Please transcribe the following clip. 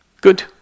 Good